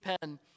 pen